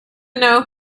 know